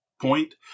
point